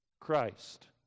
Christ